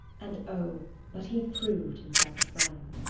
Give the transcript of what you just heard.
and oh, but he proved himself a friend!